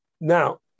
Now